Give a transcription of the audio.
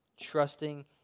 trusting